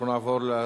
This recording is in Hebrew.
זה